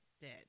dead